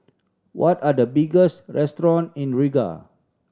what are the restaurants in Riga